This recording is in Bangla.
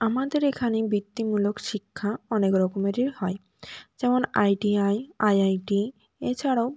আমাদের এখানে বৃত্তিমূলক শিক্ষা অনেক রকমেরই হয় যেমন আইটিআই আইআইটি এছাড়াও